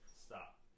stop